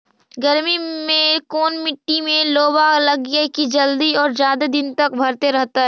गर्मी में कोन मट्टी में लोबा लगियै कि जल्दी और जादे दिन तक भरतै रहतै?